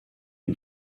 une